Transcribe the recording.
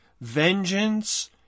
Vengeance